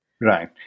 Right